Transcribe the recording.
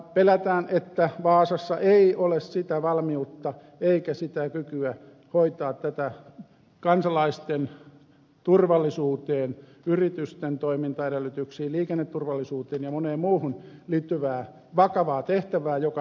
pelätään että vaasassa ei ole sitä valmiutta eikä sitä kykyä hoitaa tätä kansalaisten turvallisuuteen yritysten toimintaedellytyksiin liikenneturvallisuuteen ja moneen muuhun liittyvää vakavaa tehtävää joka hätäkeskuksella on